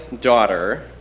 daughter